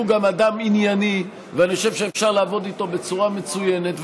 שהוא גם אדם ענייני ואני חושב שאפשר לעבוד איתו בצורה מצוינת,